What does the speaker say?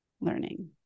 learning